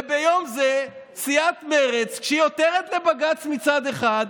וביום זה סיעת מרצ, כשהיא עותרת לבג"ץ מצד אחד,